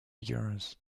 years